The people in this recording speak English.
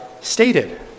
stated